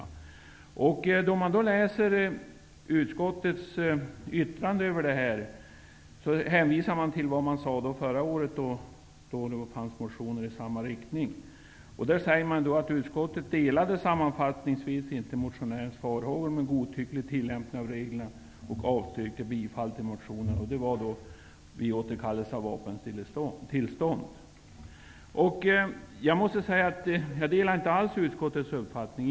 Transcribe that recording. I sitt yttrande över denna motion hänvisar utskottet till vad man sade förra året, då det fanns liknande motionsyrkanden. När det gäller återkallelse av vapentillstånd hänvisar utskottet till 1991 års behandling och säger: ''Utskottet delade, sammanfattningsvis, inte motionärens farhågor om en godtycklig tillämpning av reglerna och avstyrkte bifall till motionen.'' Jag delar inte alls utskottets uppfattning.